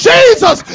Jesus